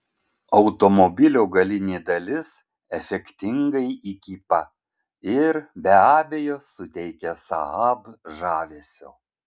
automobilio galinė dalis efektingai įkypa ir be abejo suteikia saab žavesio